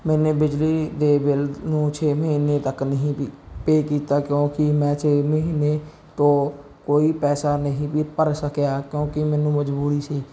ਮੈਨੇ ਬਿਜਲੀ ਦੇ ਬਿੱਲ ਨੂੰ ਛੇ ਮਹੀਨੇ ਤੱਕ ਨਹੀਂ ਪੀ ਪੇ ਕੀਤਾ ਕਿਉਂਕਿ ਮੈਂ ਛੇ ਮਹੀਨੇ ਤੋਂ ਕੋਈ ਪੈਸਾ ਨਹੀਂ ਵੀ ਭਰ ਸਕਿਆ ਕਿਉਂਕਿ ਮੈਨੂੰ ਮਜਬੂਰੀ ਸੀ